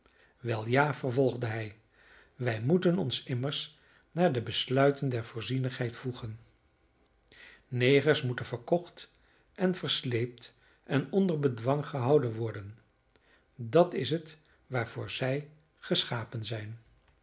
wel ja vervolgde hij wij moeten ons immers naar de besluiten der voorzienigheid voegen negers moeten verkocht en versleept en onder bedwang gehouden worden dat is het waarvoor zij geschapen zijn